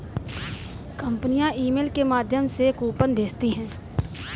कंपनियां ईमेल के माध्यम से कूपन भेजती है